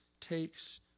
takes